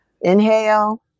Inhale